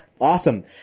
Awesome